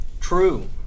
True